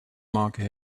maken